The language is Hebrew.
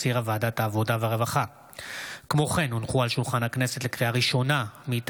מאת חברת הכנסת שלי טל מירון,